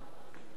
בבקשה, אדוני.